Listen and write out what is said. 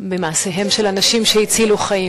במעשיהם של אנשים שהצילו חיים.